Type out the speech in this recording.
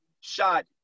shot